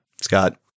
Scott